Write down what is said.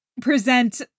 present